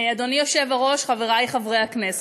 אדוני היושב-ראש, חברי חברי הכנסת,